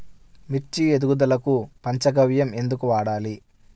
మిర్చి ఎదుగుదలకు పంచ గవ్య ఎందుకు వాడాలి?